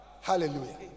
Hallelujah